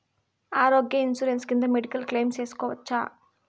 ఆరోగ్య ఇన్సూరెన్సు కింద medical claim సేసుకోవచ్చా?